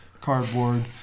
cardboard